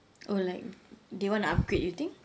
oh like they want to upgrade you think